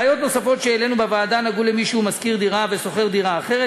בעיות נוספות שהעלינו בוועדה נגעו למי שמשכיר דירה ושוכר דירה אחרת,